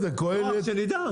רק שנדע.